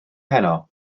heno